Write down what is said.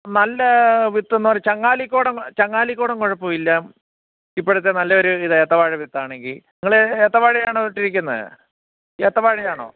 നല്ല വിത്തെന്ന് ചങ്ങാലിക്കോടൻ ചങ്ങാലിക്കോടൻ കുഴപ്പമില്ല ഇപ്പോഴത്തെ നല്ല ഒരു ഇതാ എത്ത വാഴവിത്താണെങ്കിൽ നിങ്ങള് ഏത്ത വാഴയാണോ ഇട്ടിരിക്കുന്നത് ഏത്തവാഴയാണോ